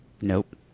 Nope